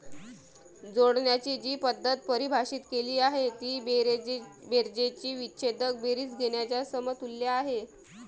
जोडण्याची जी पद्धत परिभाषित केली आहे ती बेरजेची विच्छेदक बेरीज घेण्याच्या समतुल्य आहे